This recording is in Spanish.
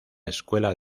escuela